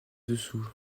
dessous